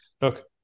look